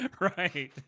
Right